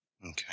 Okay